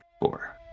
four